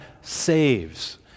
saves